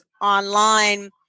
online